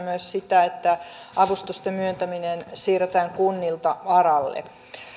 myös sitä että avustusten myöntäminen siirretään kunnilta aralle